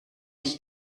ich